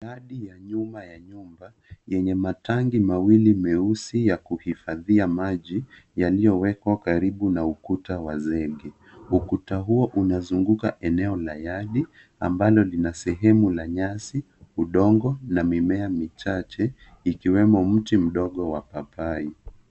Ardhi ya nyuma ya nyumba eney matanki mawili meusi ya kuhifadhia maji yaliyowekwa karibu na ukuta wa zege. Ukuta huo unazunguka eneo la ardhi ambalo lina sehemu ya nyasi, udongo na mimea michache ikiwemo mti mdogo wa papai.